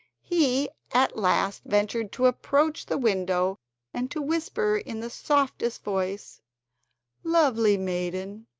he at last ventured to approach the window and to whisper in the softest voice lovely maiden,